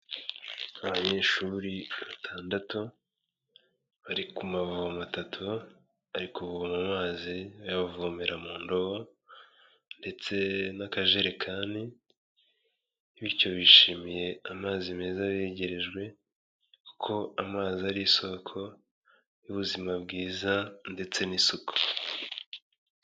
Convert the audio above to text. Abanyeshuri batandatu bari ku mavomo atatu bari kuvoma mazi bayavomera mu ndobo ndetse n'akajerekani, bityo bishimiye amazi meza abegerejwe kuko amazi ari isoko y'ubuzima bwiza ndetse n'isuku.